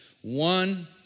one